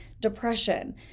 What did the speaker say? depression